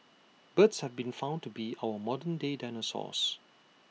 birds have been found to be our modern day dinosaurs